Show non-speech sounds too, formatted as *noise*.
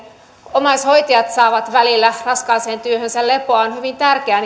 omaishoitajat saavat välillä raskaaseen työhönsä lepoa on hyvin tärkeää *unintelligible*